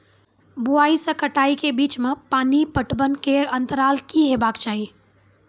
बुआई से कटाई के बीच मे पानि पटबनक अन्तराल की हेबाक चाही?